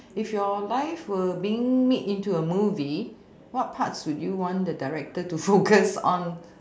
if your life were being made into a movie what parts would you want the director to focus on